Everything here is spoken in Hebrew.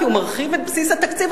כי הוא מרחיב את בסיס התקציב.